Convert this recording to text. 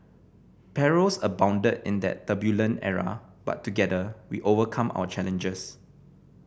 perils abounded in that turbulent era but together we overcame our challenges